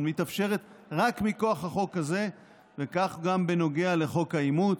מתאפשרת רק מכוח החוק הזה וכך גם בנוגע לחוק האימוץ,